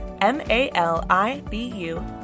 M-A-L-I-B-U